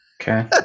Okay